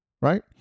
right